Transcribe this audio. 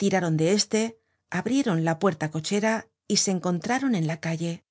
tiraron de éste abrieron la puerta-cochera y se encontraron en la calle